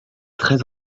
très